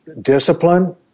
discipline